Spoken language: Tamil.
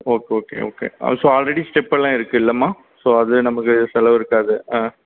okay okay okay so already ஸ்டெப்பெல்லாம் இருக்குதுல்லம்மா ஸோ அது நமக்கு செலவு இருக்காது